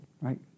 right